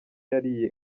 yariye